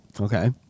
Okay